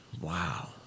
Wow